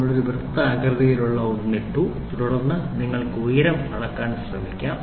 നമ്മൾ ഒരു വൃത്താകൃതിയിലുള്ള ഒന്ന് ഇട്ടു തുടർന്ന് നിങ്ങൾക്ക് ഉയരം അളക്കാൻ ശ്രമിക്കാം